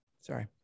Sorry